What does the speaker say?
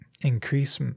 Increase